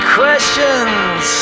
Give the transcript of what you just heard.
questions